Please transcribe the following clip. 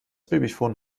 babyphon